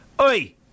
oi